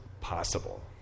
possible